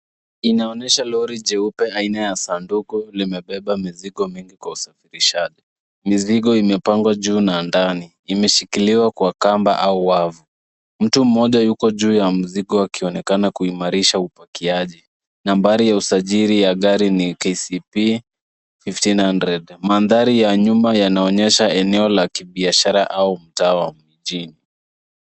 Inaonyesha lori jeupe aina ya sanduku limebeba mizigo mingi kwa usafirishaji. Mizigo imepangwa juu na ndani. Imeshikkiliwa kwa kamba au wavu. Mtu mmjoa ako juu ya mzigo akionekana kuimarisha upokeaji. nambari ya usjili ya gari ni KCP 1500. Mandhari ya nyuma inaonyesha mandhari ya kibiashara au mtaa wa mjini.